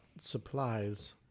supplies